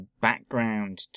background